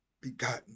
begotten